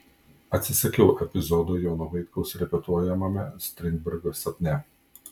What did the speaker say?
atsisakiau epizodo jono vaitkaus repetuojamame strindbergo sapne